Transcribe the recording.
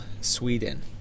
sweden